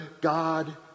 God